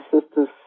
sister's